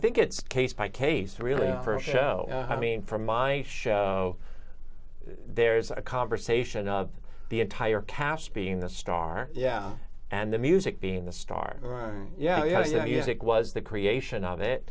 think it's case by case really for a show i mean from my there's a conversation of the entire cast being the star yeah and the music being the star right yeah yeah yeah yeah dick was the creation of it